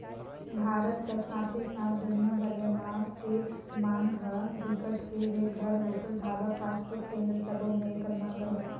भारत कर साथे साथ दुनिया भर में मांस के मांग ह बिकट के हे, घर, होटल, ढाबा, फास्टफूड केन्द्र सबो में एकर मांग अहे